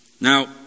Now